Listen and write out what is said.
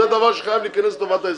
זה דבר שחייב להיכנס לטובת האזרח.